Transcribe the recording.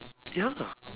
ya